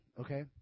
okay